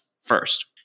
first